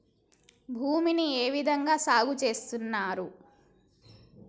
భూమిని ఏ విధంగా సాగు చేస్తున్నారు?